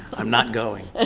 i'm not going.